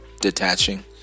detaching